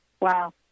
Wow